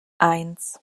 eins